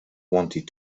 wanted